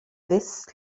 this